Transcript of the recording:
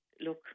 look